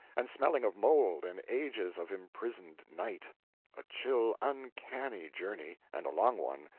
and smelling of mould and ages of imprisoned night a chill, uncanny journey and a long one,